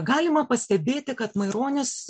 galima pastebėti kad maironis